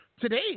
today